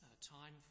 time